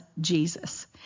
Jesus